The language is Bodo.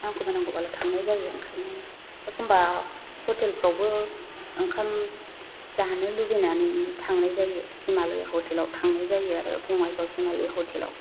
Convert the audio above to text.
नांगौबा नांगौबाल' थांनाय जायो ओंखायनो एखमबा ह'टेलफ्रावबो ओंखाम जानो लुबैनानै थांनाय जायो हिमालय ह'टेलाव थांनाय जायो आरो बङाइगाव हिमालय ह'टेलाव